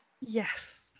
Yes